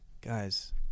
guys